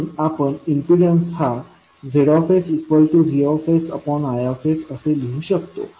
म्हणून आपण इम्पीडन्स हा ZsVI असे लिहू शकतो